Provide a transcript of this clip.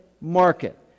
market